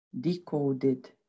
decoded